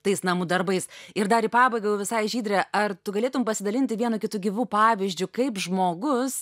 tais namų darbais ir dar į pabaigą jau visai žydre ar tu galėtum pasidalinti vienu kitu gyvu pavyzdžiu kaip žmogus